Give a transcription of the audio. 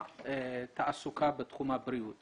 תעסוקה בתחום הבריאות